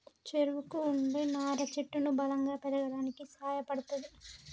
చెట్టుకు వుండే నారా చెట్టును బలంగా పెరగడానికి సాయపడ్తది